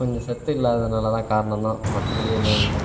கொஞ்சம் சத்து இல்லாதனால் தான் காரணம் தான் மற்றபடி எதுவும் இல்லை